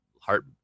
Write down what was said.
Heart